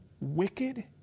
wicked